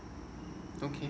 okay